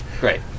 great